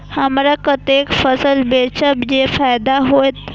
हमरा कते फसल बेचब जे फायदा होयत?